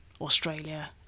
Australia